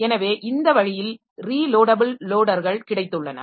எனவே இந்த வழியில் ரீலோடபிள் லோடர்கள் கிடைத்துள்ளன